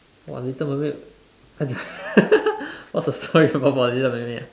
!wah! little mermaid I don't what's the story about the little mermaid